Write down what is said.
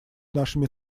нашими